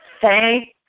thank